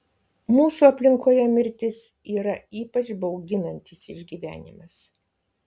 mūsų aplinkoje mirtis yra ypač bauginantis išgyvenimas